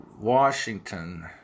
Washington